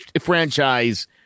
franchise